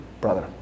brother